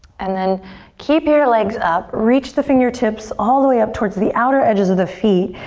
and then keep your legs up, reach the fingertips all the way up towards the outer edges of the feet.